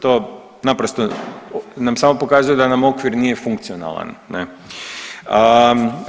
To naprosto nam samo pokazuje da nam okvir nije funkcionalan, ne.